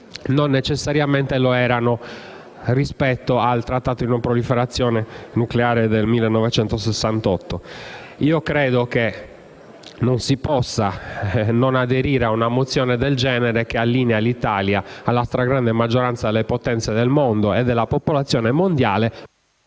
non necessariamente lo erano rispetto al Trattato di non proliferazione nucleare del 1968. Credo che non si possa non aderire ad una mozione come questa, che allinea l'Italia alla stragrande maggioranza delle potenze e della popolazione mondiale,